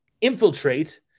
infiltrate